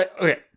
Okay